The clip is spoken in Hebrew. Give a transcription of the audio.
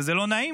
וזה לא נעים.